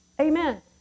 Amen